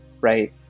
right